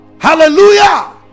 hallelujah